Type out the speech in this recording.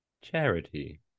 charity